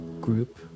group